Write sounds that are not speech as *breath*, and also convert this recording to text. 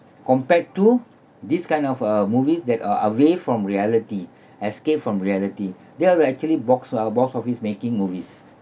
compared to this kind of uh movies that are away from reality *breath* escape from reality they'll actually box uh box office making movies